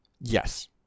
Yes